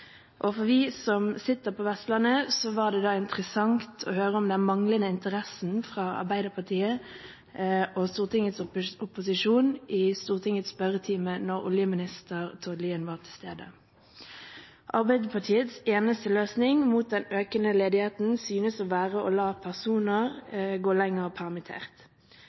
Og for oss som sitter på Vestlandet, var det interessant å høre om den manglende interessen fra Arbeiderpartiet og fra Stortingets opposisjon i Stortingets spørretime da olje- og energiminister Tord Lien var til stede. Arbeiderpartiets eneste løsning mot den økende ledigheten synes å være å la personer gå lenger permittert.